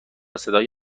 صدای